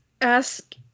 ask